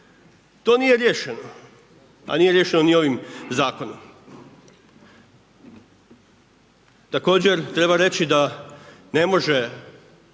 To nije riješeno, a nije riješeno ni ovim zakonom. Također treba reći da ne može